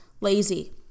lazy